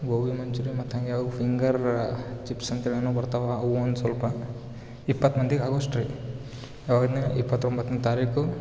ಗೋಬಿ ಮಂಚೂರಿ ಮತ್ತು ಹಂಗೆ ಅವು ಫಿಂಗರ್ ಚಿಪ್ಸ್ ಅಂತೇಳೀ ಬರ್ತಾವ ಅವು ಒಂದು ಸ್ವಲ್ಪ ಇಪ್ಪತ್ತು ಮಂದಿಗೆ ಆಗೋಷ್ಟ್ ರೀ ಯಾವಾಗ ಇಪ್ಪತ್ತೊಂಬತ್ತನೇ ತಾರೀಕು